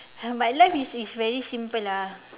my life is is very simple lah